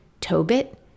Tobit